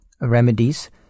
remedies